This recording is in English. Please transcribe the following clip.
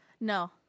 No